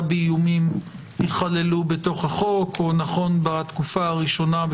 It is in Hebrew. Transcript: באיומים ייכללו בתוך החוק או נכון בתקופה הראשונה,